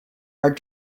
are